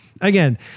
again